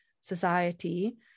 society